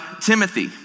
Timothy